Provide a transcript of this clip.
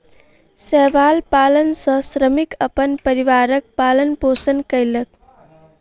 शैवाल पालन सॅ श्रमिक अपन परिवारक पालन पोषण कयलक